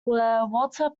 walter